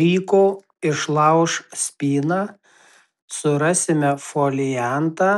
ryko išlauš spyną surasime foliantą